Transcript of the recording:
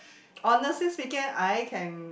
honestly speaking I can